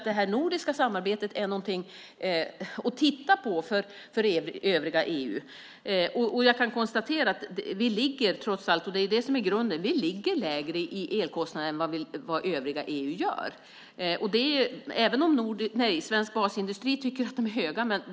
Det nordiska samarbetet är någonting att titta på för övriga EU, och jag kan konstatera att vi trots allt, och det är det som är grunden, ligger lägre i elkostnader än vad övriga EU gör, även om svensk basindustri tycker att kostnaderna är höga.